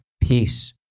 peace